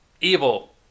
evil